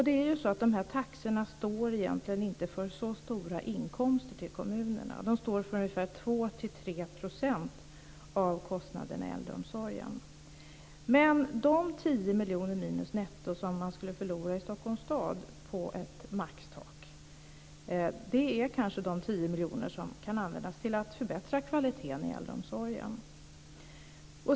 De här taxorna står egentligen inte för så stora inkomster till kommunerna. De står för 2-3 % av kostnaden i äldreomsorgen. Men de 10 miljoner netto som man skulle förlora i Stockholms stad på ett maxtak är kanske de 10 miljoner som kan användas till att förbättra kvaliteten i äldreomsorgen.